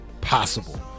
possible